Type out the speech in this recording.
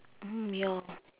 mm ya